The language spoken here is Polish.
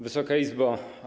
Wysoka Izbo!